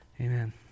Amen